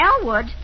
Elwood